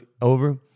over